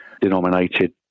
denominated